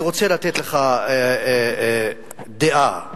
אני רוצה לתת לך דעה שלי,